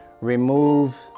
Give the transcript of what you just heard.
remove